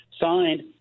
signed